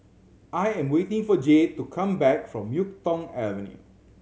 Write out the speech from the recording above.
I am waiting for Jade to come back from Yuk Tong Avenue